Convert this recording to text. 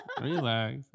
Relax